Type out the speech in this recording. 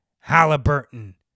Halliburton